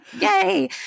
yay